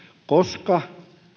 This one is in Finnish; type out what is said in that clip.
koska